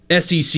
SEC